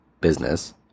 business